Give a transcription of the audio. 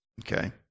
okay